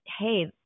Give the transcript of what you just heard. hey